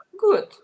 good